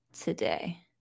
today